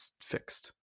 fixed